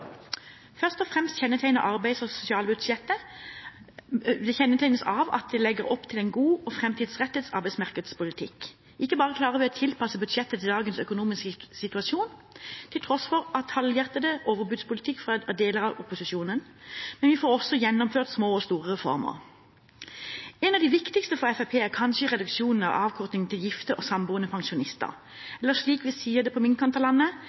Først og fremst kjennetegnes arbeids- og sosialbudsjettet av at det legger opp til en god og framtidsrettet arbeidsmarkedspolitikk. Ikke bare klarer vi å tilpasse budsjettet til dagens økonomiske situasjon, til tross for halvhjertet overbudspolitikk fra deler av opposisjonen, vi får også gjennomført små og store reformer. En av de viktigste for Fremskrittspartiet er kanskje reduksjonen av avkorting til gifte og samboende pensjonister – eller slik vi sier det på min kant av landet: